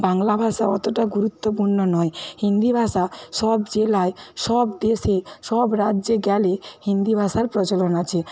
বাংলা ভাষা অতটা গুরুত্বপূর্ণ নয় হিন্দি ভাষা সব জেলায় সব দেশে সব রাজ্যে গেলে হিন্দি ভাষার প্রচলন আছে